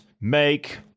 make